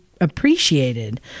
appreciated